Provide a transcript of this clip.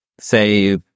say